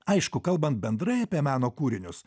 aišku kalbant bendrai apie meno kūrinius